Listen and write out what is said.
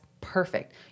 perfect